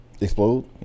Explode